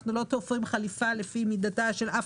אנחנו לא תופרים חליפה לפי מידתה של אף